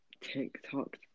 TikTok